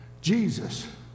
Jesus